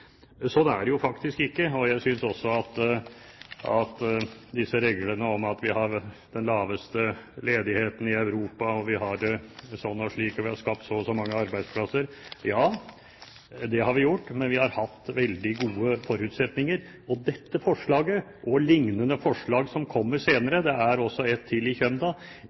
er det jo faktisk ikke. Og så disse reglene om at vi har den laveste ledigheten i Europa, vi har det sånn og slik, og vi har skapt så og så mange arbeidsplasser – ja, det har vi gjort, men vi har hatt veldig gode forutsetninger. Dette forslaget og lignende forslag som kommer senere – det er ett til i kjømda